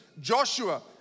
Joshua